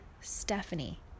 Stephanie